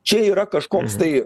čia yra kažkoks tai